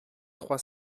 trois